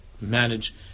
manage